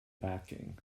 backing